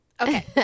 Okay